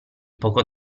poco